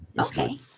Okay